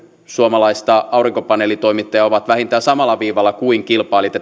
suomalaista aurinkopaneelitoimittajaa ovat vähintään samalla viivalla kuin kilpailijat